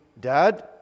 Dad